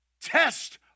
test